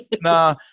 nah